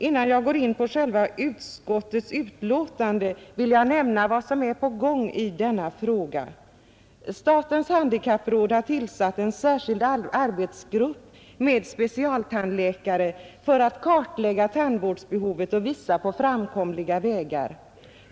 Innan jag går in på själva utskottsbetänkandet vill jag nämna vad som är på gång i denna fråga. Statens handikappråd har tillsatt en särskild arbetsgrupp med specialtandläkare för att kartlägga tandvårdsbehovet och visa på framkomliga vägar.